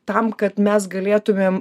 tam kad mes galėtumėm